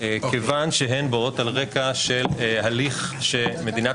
כיוון שהן באות על רקע של הליך שמדינת